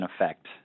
effect